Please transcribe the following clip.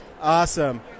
Awesome